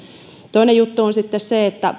toinen juttu on sitten se että